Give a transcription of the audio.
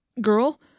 girl